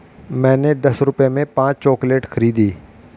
मैंने दस रुपए में पांच चॉकलेट खरीदी